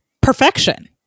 perfection